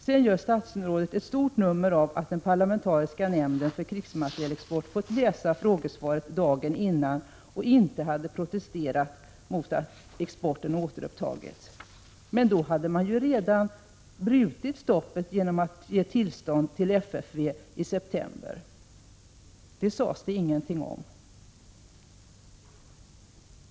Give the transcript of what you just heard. Sedan gör statsrådet ett stort nummer av att den parlamentariska nämnden för krigsmaterielexport hade fått läsa frågesvaret dagen innan och inte protesterat mot att exporten återupptagits. — Men då hade man ju redan brutit stoppet genom att ge tillstånd till FFV i september! Det sades det ingenting om.